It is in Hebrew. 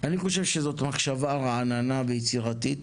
אני חושב שזאת מחשבה רעננה ויצירתית.